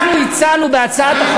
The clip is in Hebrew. אנחנו הצענו בהצעת החוק,